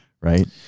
right